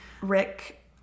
Rick